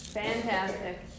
Fantastic